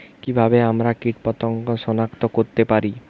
কিভাবে আমরা কীটপতঙ্গ সনাক্ত করতে পারি?